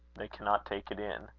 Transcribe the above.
they cannot take it in.